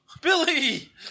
Billy